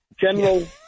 General